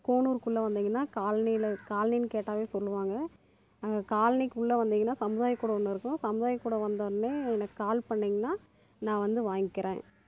கோனுர் குள்ளே வந்தீங்கன்னா காலனில காலனின்னு கேட்டாவே சொல்லுவாங்க அந்த காலனி குள்ளே வந்தீங்கன்னா சமுதாயக்கூடம் ஒன்று இருக்கும் சமுதாயக்கூடம் வந்தோன்னே எனக்கு கால் பண்ணீங்கனா நான் வந்து வாங்கிறேன்